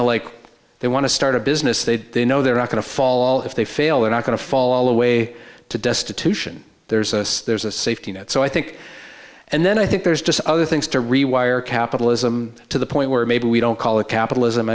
to like they want to start a business they know they're not going to fall if they fail and are going to fall away to destitution there's a there's a safety net so i think and then i think there's just other things to rewire capitalism to the point where maybe we don't call it capitalism